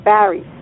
Barry